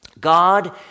God